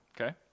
Okay